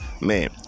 Man